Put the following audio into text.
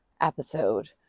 episode